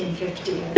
fifty